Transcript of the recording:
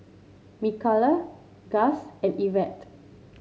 Mikala Gus and Ivette